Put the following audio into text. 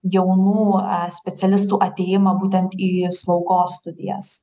jaunų specialistų atėjimą būtent į slaugos studijas